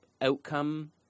outcome